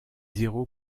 zéro